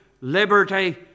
liberty